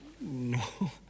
No